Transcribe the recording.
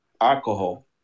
alcohol